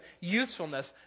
usefulness